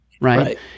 Right